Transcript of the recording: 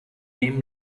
name